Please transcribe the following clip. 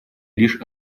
лишь